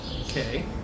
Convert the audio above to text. Okay